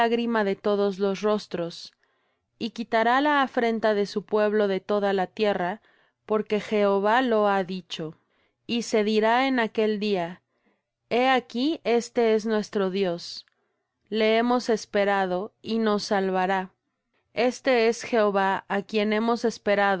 de todos los rostros y quitará la afrenta de su pueblo de toda la tierra porque jehová lo ha dicho y se dirá en aquel día he aquí este es nuestro dios le hemos esperado y nos salvará éste es jehová á quien hemos esperado